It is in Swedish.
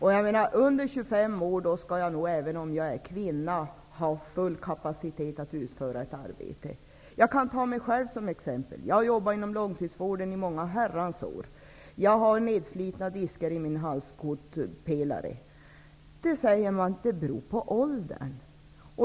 En kvinna under 25 år skall ha full kapacitet att utföra ett arbete. Jag kan ta mig själv som exempel. Jag har jobbat inom långvården i många år, och jag har fått nedslitna diskar i min halskotpelare. Det säger man nu beror på åldern.